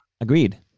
agreed